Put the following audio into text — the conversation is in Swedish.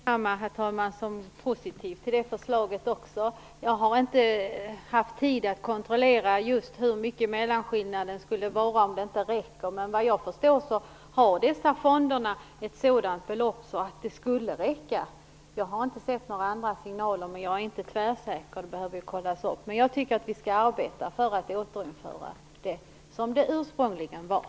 Herr talman! Jag uppfattar att Ingbritt Irhammar är positiv också till det förslaget. Jag har inte haft tid att kontrollera hur stor mellanskillnaden skulle vara och om detta räcker, men vad jag förstår har dessa fonder ett sådant belopp att det skulle räcka. Jag har inte fått några andra signaler, men jag är inte tvärsäker. Det behöver kollas. Jag tycker i alla fall att vi skall arbeta för att återföra det här som det ursprungligen var.